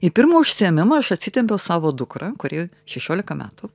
į pirmą užsiėmimą aš atsitempiau savo dukrą kuri šešiolika metų